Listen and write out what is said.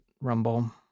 rumble